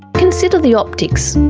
consider the optics.